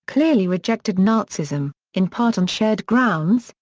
clearly rejected nazism, in part on shared grounds,